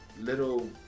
little